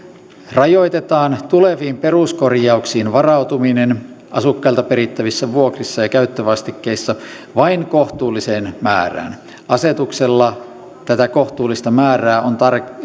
rajoitetaan tuleviin peruskorjauksiin varautuminen asukkailta perittävissä vuokrissa ja käyttövastikkeissa vain kohtuulliseen määrään asetuksella tätä kohtuullista määrää on